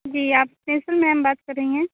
جی آپ principal ma'am بات کر رہی ہیں